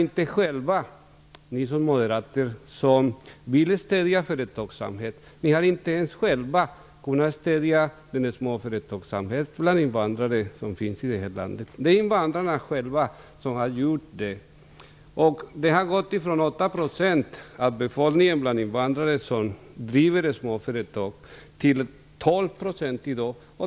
Ni moderater, som vill stödja företagsamhet, har inte själva kunnat stödja småföretagsamheten bland invandrare. Det är invandrarna själva som har gjort det. Andelen invandrare som driver småföretag har ökat från 8 % till 12 % i dag.